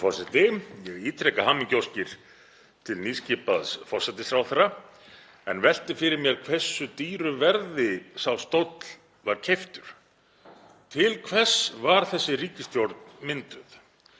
Ég ítreka hamingjuóskir til nýskipaðs forsætisráðherra en velti fyrir mér hversu dýru verði sá stóll var keyptur. Til hvers var þessi ríkisstjórn mynduð?